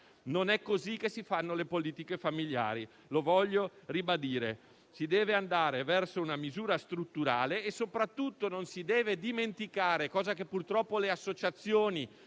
Non è così che si fanno le politiche familiari, lo voglio ribadire. Si deve andare verso una misura strutturale e soprattutto non si deve dimenticare ciò che purtroppo le associazioni